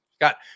Got